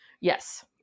yes